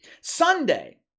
Sunday